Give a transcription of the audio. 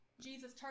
Jesus